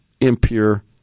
impure